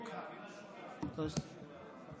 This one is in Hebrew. תגביר את הקול, אני רוצה לשמוע.